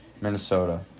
Minnesota